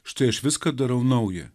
štai aš viską darau nauja